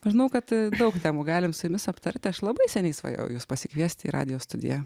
žinau kad daug temų galim su jumis aptarti aš labai seniai svajojau juos pasikviesti į radijo studiją